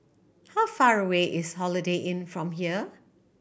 how far away is Holiday Inn from here